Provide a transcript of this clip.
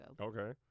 Okay